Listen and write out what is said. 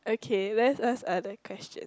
okay let's ask other question